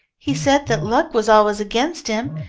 he said that luck was always against him,